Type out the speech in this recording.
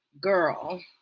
girl